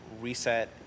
reset